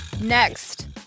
Next